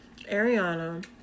Ariana